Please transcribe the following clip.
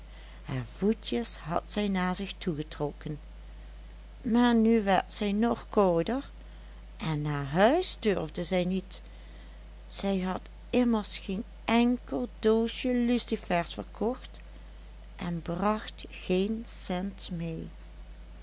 haar voetjes had zij naar zich toe getrokken maar nu werd zij nog kouder en naar huis durfde zij niet zij had immers geen enkel doosje lucifers verkocht en bracht geen cent mee